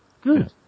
Good